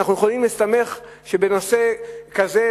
אנחנו יכולים להסתמך בנושא כזה,